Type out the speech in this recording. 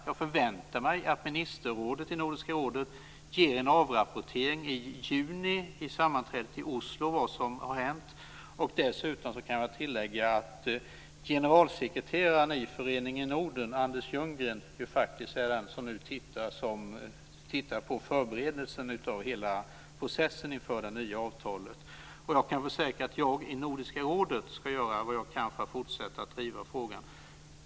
Jag förväntar mig att ministerrådet i Nordiska rådet ger en avrapportering i juni, vid sammanträdet i Oslo, om vad som har hänt. Dessutom kan jag tillägga att generalsekreteraren i Föreningen Norden, Anders Ljunggren, faktiskt är den som tittar på förberedelserna av hela processen inför det nya avtalet. Jag kan försäkra att jag i Nordiska rådet ska göra vad jag kan för att fortsätta att driva frågan.